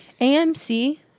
AMC